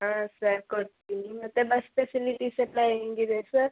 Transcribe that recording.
ಹಾಂ ಸರ್ ಕೊಡ್ತೀನಿ ಮತ್ತೆ ಬಸ್ ಫೆಸಿಲಿಟೀಸ್ ಎಲ್ಲ ಹೆಂಗ್ ಇದೆ ಸರ್